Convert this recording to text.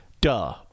Duh